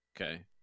Okay